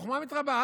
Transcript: החוכמה מתרבה.